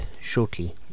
shortly